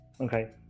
okay